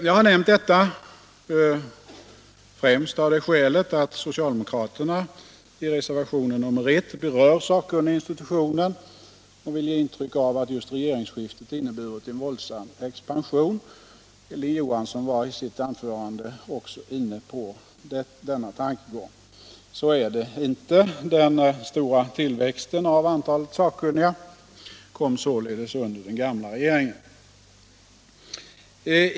Jag har nämnt detta främst av det skälet att socialdemokraterna i reservationen I berör sakkunniginstitutionen och vill ge intryck av att just regeringsskiftet inneburit en våldsam expansion. Hilding Johansson var i sitt anförande också inne på denna tankegång. Så är det inte. Den stora tillväxten av antalet sakkunniga kom således under den gamla regeringen.